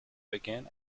began